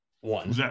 One